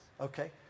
okay